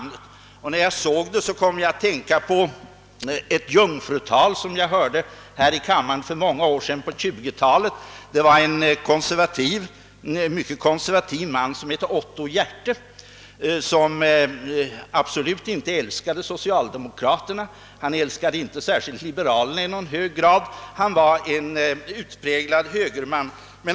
När jag såg det kom jag att tänka på ett jungfrutal, som jag hörde här i kammaren för många år sedan, på 1920 talet. Det var en mycket konservativ man som hette Otto Järte som absolut inte älskade socialdemokraterna men inte heller liberalerna i någon högre grad; han var alltså en utpräglad högerman.